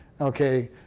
Okay